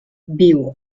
viu